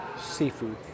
seafood